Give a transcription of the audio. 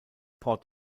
port